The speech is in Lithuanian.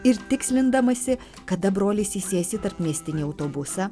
ir tikslindamasis kada brolis įsės į tarpmiestinį autobusą